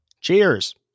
cheers